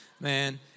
man